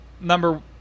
number